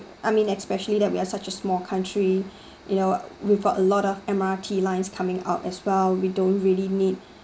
I mean especially that we're such a small country you know we've got a lot of M_R_T lines coming out as well we don't really need